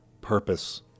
purpose